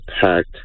packed